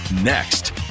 next